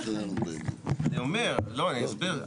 אני אסביר,